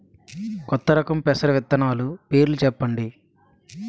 కొత్త రకం పెసర విత్తనాలు పేర్లు చెప్పండి?